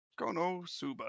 Konosuba